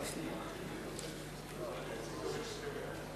אדוני היושב-ראש,